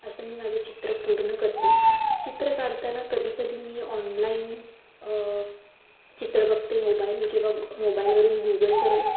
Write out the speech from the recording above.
असं मी माझं चित्र पूर्ण करते चित्र काढताना कधीकधी मी ऑनलाईन चित्र बघते मोबाईल किंवा मोबाईलवरून गुगलवर